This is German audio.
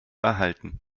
erhalten